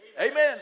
Amen